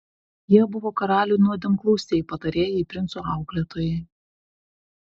jie buvo karalių nuodėmklausiai patarėjai princų auklėtojai